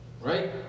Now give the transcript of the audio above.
Right